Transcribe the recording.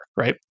right